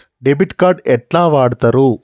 Debit card ఎట్లా వాడుతరు?